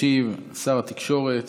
ישיב שר התקשורת